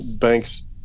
banks